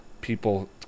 people